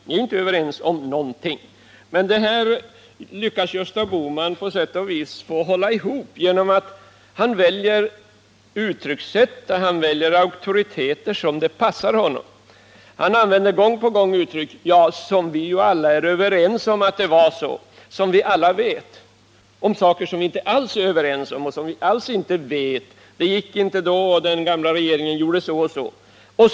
Ni är ju inte överens om någonting! Det här lyckas Gösta Bohman på sätt och vis hålla ihop genom att han väljer uttryckssätt och auktoriteter som det passar honom. Han använde gång på gång uttrycken ”som vi ju alla är överens om” och ”som vi alla vet” om saker som vi inte alls är överens om och som vi alls inte vet. Det gick inte då, och den gamla regeringen gjorde så och så, säger han.